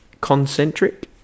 Concentric